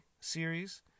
series